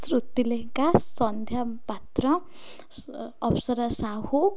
Shruti Lenka Sandhya Patra Abasara Sahu